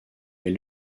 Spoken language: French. est